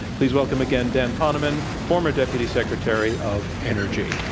please welcome, again, dan ponemon, former deputy secretary of energy.